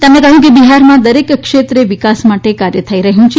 તેમણે કહ્યું કે બિહારમાં દરેક ક્ષેત્રે વિકાસ માટે કાર્ય થઇ રહયું છે